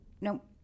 Nope